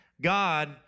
God